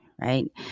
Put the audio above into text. right